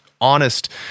honest